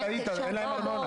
הם עסק פטור מארנונה.